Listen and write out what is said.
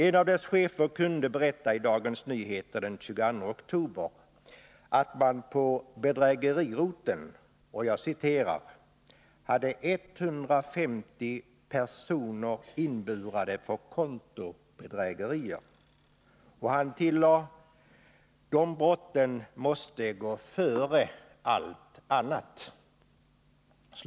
En av dess chefer kunde berätta i Dagens Nyheter den 22 oktober att man på bedrägeriroteln ”hade 150 personer inburade för kontobedrägerier”. Och han tillade: ”De brotten måste gå före allt annat”.